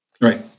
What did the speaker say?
Right